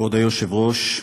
כבוד היושב-ראש,